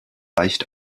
leicht